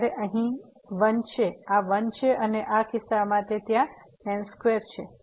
તેથી આ અહીં 1 છે આ 1 છે અને આ કિસ્સામાં તે ત્યાં m2 સ્ક્વેર છે